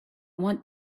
want